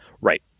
right